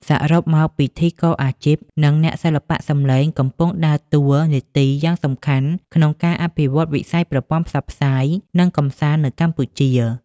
សរុបមក ពិធីករអាជីព និងអ្នកសិល្បៈសំឡេងកំពុងដើរតួនាទីយ៉ាងសំខាន់ក្នុងការអភិវឌ្ឍវិស័យប្រព័ន្ធផ្សព្វផ្សាយ និងកម្សាន្តនៅកម្ពុជា។